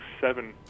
seven